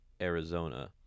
Arizona